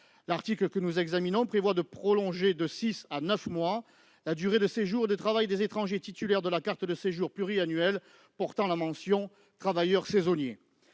L'article que nous examinons prévoit de prolonger de six à neuf mois la durée de séjour et de travail des étrangers titulaires de la carte de séjour pluriannuelle portant la mention « travailleur saisonnier ».